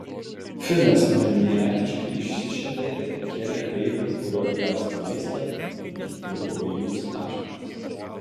finas maniakiškai išsišiepė ir pakėlė peilio kuriuo pjaustė maistą mirtinai pavojingus ašmenis